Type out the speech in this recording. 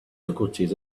difficulties